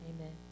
amen